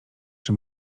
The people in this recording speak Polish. czy